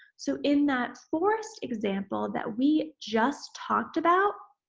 so, in that forest example that we just talked about,